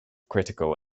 critical